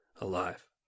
alive